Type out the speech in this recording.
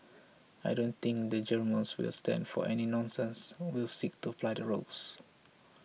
I don't think the Germans will stand for any nonsense will seek to apply the rules